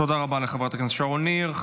תודה רבה לחברת הכנסת שרון ניר.